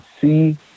see